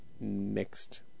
mixed